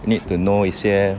need to know 一些